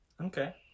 Okay